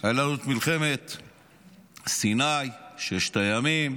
היו לנו מלחמת סיני, מלחמת ששת הימים,